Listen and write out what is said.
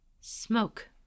Smoke